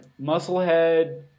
musclehead